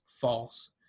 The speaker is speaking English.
false